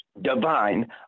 divine